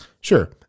Sure